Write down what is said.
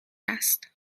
است